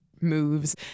Moves